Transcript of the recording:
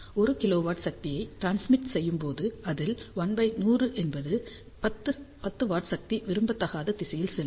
1 kilowatt சக்தியை transmit செய்யும் போது அதில் 1100 என்பது 10 W சக்தி விரும்பத்தகாத திசையில் செல்லும்